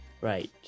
right